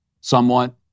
somewhat